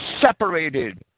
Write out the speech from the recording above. separated